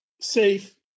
safe